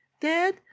Dad